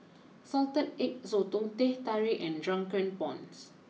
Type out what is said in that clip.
Salted Egg Sotong Teh Tarik and Drunken Prawns